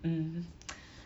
mmhmm